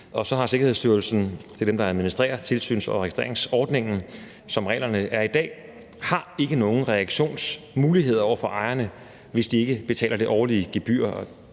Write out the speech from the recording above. øjemed. Sikkerhedsstyrelsen – det er dem, der administrerer tilsyns- og registreringsordningen – har, som reglerne er i dag, ikke nogen reaktionsmuligheder over for ejerne, hvis de ikke betaler det årlige gebyr,